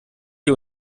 sie